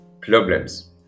problems